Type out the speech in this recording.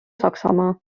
saksamaa